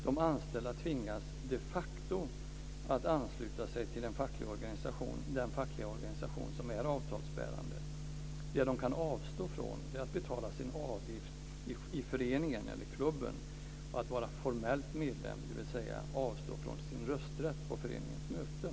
De anställda tvingas de facto att ansluta sig till den fackliga organisation som är avtalsbärande. Det som de kan avstå från är att betala sin avgift i föreningen eller klubben och att formellt vara medlem, dvs. avstå från sin rösträtt på föreningens möten.